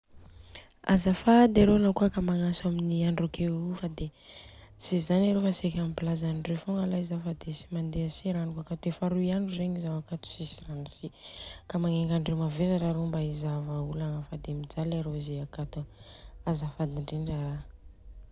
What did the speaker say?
Azafady arô ra kôa ka hoe magnantso amin'ny andro akeo fa de tsy zany alay fa seka ampialaza amndreo fogna alay Zao Io fa de tsy mandeha si alay i ranoko akato efa roy andro alay zegny Zao akato tsitsy rano si. Ka magnegna andreo mavesatra mba iaragno vahaolagna fade mijaly arô ze akato azafady indrindra ara.